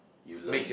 you learn